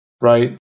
right